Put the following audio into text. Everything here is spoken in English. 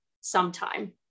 sometime